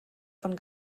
von